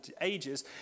ages